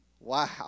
Wow